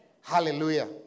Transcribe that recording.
Hallelujah